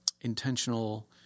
intentional